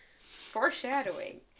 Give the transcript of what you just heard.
Foreshadowing